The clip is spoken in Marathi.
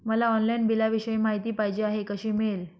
मला ऑनलाईन बिलाविषयी माहिती पाहिजे आहे, कशी मिळेल?